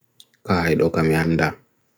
Ko ɓe'e laawolji waɗude hokkunde njelɓe?